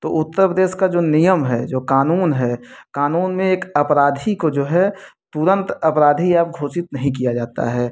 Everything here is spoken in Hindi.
तो उत्तर प्रदेश का जो नियम है जो कानून है कानून में एक अपराधी को जो है तुरंत अपराधी अब घोषित नहीं किया जाता है